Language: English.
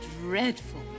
dreadful